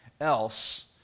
else